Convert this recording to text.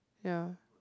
ya